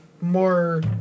more